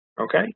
Okay